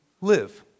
live